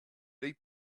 they